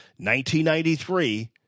1993